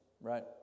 Right